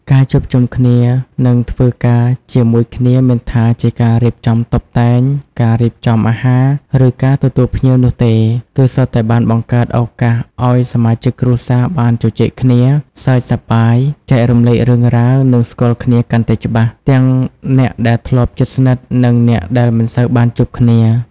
ការជួបជុំគ្នា និងធ្វើការជាមួយគ្នា មិនថាជាការរៀបចំតុបតែង ការរៀបចំអាហារ ឬការទទួលភ្ញៀវនោះទេ គឺសុទ្ធតែបានបង្កើតឱកាសឱ្យសមាជិកគ្រួសារបាន ជជែកគ្នា សើចសប្បាយ ចែករំលែករឿងរ៉ាវ និង ស្គាល់គ្នាកាន់តែច្បាស់ ទាំងអ្នកដែលធ្លាប់ជិតស្និទ្ធ និងអ្នកដែលមិនសូវបានជួបគ្នា។